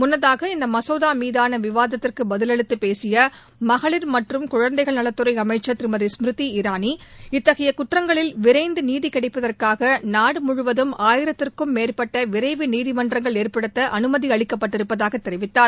முன்னதாக இந்த மசோதா மீதான விவாதத்திற்கு பதிலளித்து பேசிய மகளிர் மற்றும் குழந்தைகள் நலத்துறை அமைச்சர் திருமதி ஸ்மிருதி இரானி இத்தகைய குற்றங்களில் விரைந்து நீதி கிடைப்பதற்காக நாடு முழுவதும் ஆயிரத்திற்கும் மேற்பட்ட விரைவு நீதிமன்றங்கள் ஏற்படுத்த அனுமதி அளிக்கப்பட்டிருப்பதாகத் தெரிவித்தார்